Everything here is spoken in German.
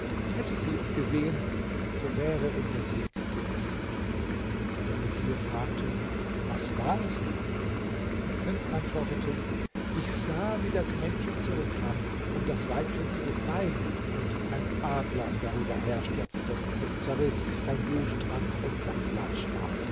hätte sie es gesehen so wäre unser sieg gewiß der vezier fragte was war es der prinz antwortete ich sah wie das männchen zurückkam um das weibchen zu befreien und ein adler darüber herstürzte es zerriß sein blut trank und sein fleisch aß